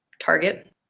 target